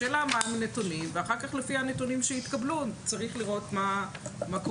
השאלה מה הם הנתונים ואחר כך לפי הנתונים שהתקבלו צריך לראות מה קורה.